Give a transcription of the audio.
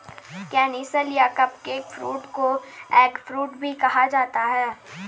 canistel या cupcake fruit को eggfruit भी कहा जाता है